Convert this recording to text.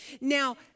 Now